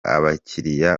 abakiriya